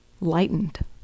lightened